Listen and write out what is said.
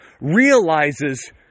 realizes